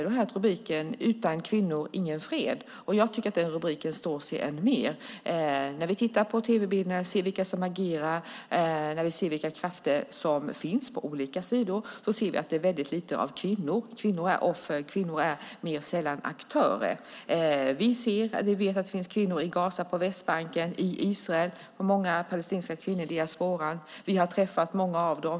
Den hade rubriken Utan kvinnor ingen fred, och jag tycker att den rubriken står sig än mer i dag. När vi tittar på tv-bilderna och ser vilka som agerar, vilka krafter som finns på olika sidor, ser vi att det är väldigt få kvinnor. Kvinnorna är offer. Kvinnorna är mer sällan aktörer. Vi vet att det finns kvinnor i Gaza, på Västbanken, i Israel. Många palestinska kvinnor finns i diasporan. Vi har träffat ett antal av dem.